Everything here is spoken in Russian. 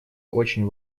очень